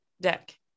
deck